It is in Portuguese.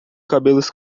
cabelos